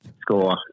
score